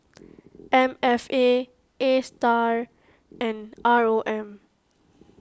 M F A Astar and R O M